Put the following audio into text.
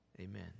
Amen